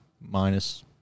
minus